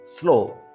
slow